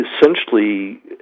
essentially